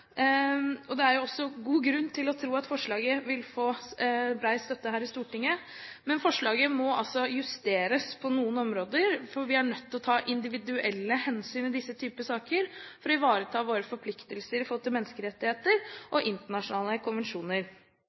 og det er god grunn til å tro at forslaget også vil få bred støtte her i Stortinget. Men forslaget må justeres på noen områder, for vi er nødt til å ta individuelle hensyn i disse typer saker, for å ivareta menneskerettigheter og våre forpliktelser i henhold til internasjonale konvensjoner.